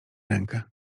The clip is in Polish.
rękę